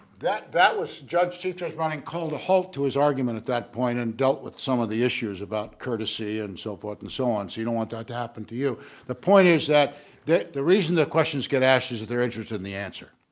that that was judge chief just running called a halt to his argument at that point and dealt with some of the issues about courtesy and so forth and so on, so you don't want that to happen to you the point is that the the reason the questions get asked is that their interest in the answer.